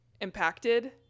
impacted